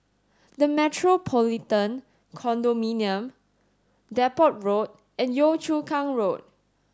the Metropolitan Condominium Depot Road and Yio Chu Kang Road